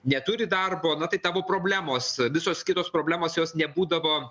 neturi darbo na tai tavo problemos visos kitos problemos jos nebūdavo